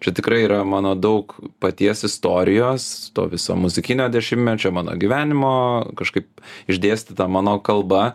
čia tikrai yra mano daug paties istorijos to viso muzikinio dešimtmečio mano gyvenimo kažkaip išdėstyta mano kalba